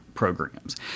Programs